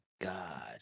God